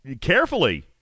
carefully